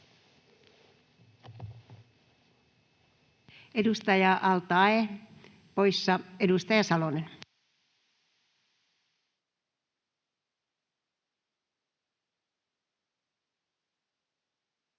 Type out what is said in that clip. Edustaja al-Taee poissa. — Edustaja Salonen.